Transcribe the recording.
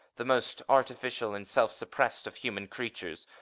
the most artificial and self-suppressed of human creatures,